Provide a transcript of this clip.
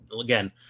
again